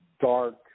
dark